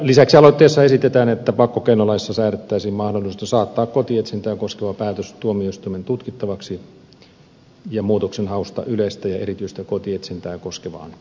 lisäksi aloitteessa esitetään että pakkokeinolaissa säädettäisiin mahdollisuudesta saattaa kotietsintää koskeva päätös tuomioistuimen tutkittavaksi ja muutoksenhausta yleistä ja erityistä kotietsintää koskevaan päätökseen